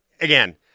again